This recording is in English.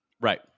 Right